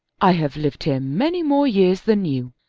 i have lived here many more years than you.